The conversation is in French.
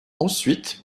ensuite